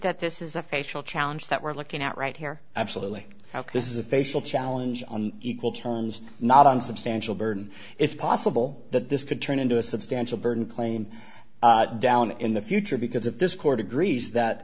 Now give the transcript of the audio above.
that this is a facial challenge that we're looking at right here absolutely out this is a facial challenge on equal terms not on substantial burden if possible that this could turn into a substantial burden claim down in the future because if this court agrees that